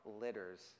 litters